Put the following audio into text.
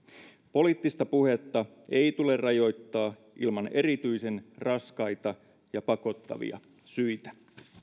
poliittista puhetta ei tule rajoittaa ilman erityisen raskaita ja pakottavia syitä